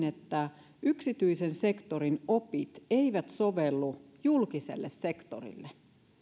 että yksityisen sektorin opit eivät sovellu julkiselle sektorille